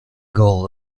goal